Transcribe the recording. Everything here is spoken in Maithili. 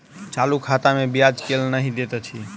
चालू खाता मे ब्याज केल नहि दैत अछि